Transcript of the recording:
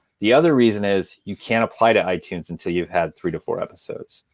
the other reason is you can't apply to itunes until you've had three to four episodes.